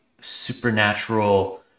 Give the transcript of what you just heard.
supernatural